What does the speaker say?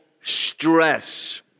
stress